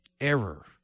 error